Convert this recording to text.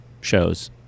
shows